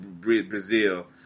Brazil